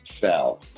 Sell